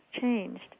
changed